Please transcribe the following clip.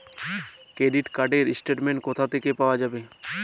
Credit card র statement কোথা থেকে পাওয়া যাবে?